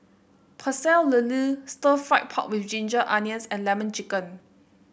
Pecel Lele stir fry pork with Ginger Onions and lemon chicken